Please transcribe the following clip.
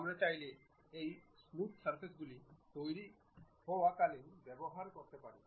আমরা চাইলে এই জিনিসগুলি স্মুথ সারফেস গুলি তৈরি হওয়া কালীন ব্যবহার করতে পারি